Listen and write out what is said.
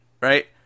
Right